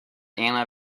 anna